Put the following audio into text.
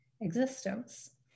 existence